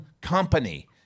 company